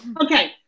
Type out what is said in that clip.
Okay